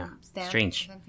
Strange